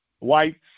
whites